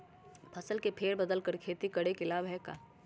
फसल के फेर बदल कर खेती के लाभ है का?